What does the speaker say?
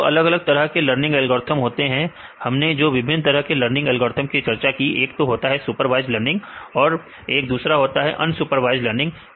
तो दोअलग अलग तरह के लर्निंग एल्गोरिथ्म होते हैं हमने जो विभिन्न तरह के लर्निंग एल्गोरिथम की चर्चा की एक तो होता है सुपरवाइज्ड लर्निंग और अनसुपरवाइज्ड लर्निंग